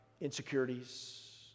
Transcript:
insecurities